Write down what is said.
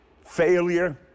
failure